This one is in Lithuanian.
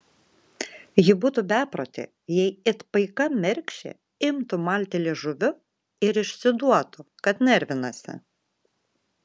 ji būtų beprotė jei it paika mergšė imtų malti liežuviu ir išsiduotų kad nervinasi